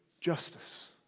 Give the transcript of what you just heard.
justice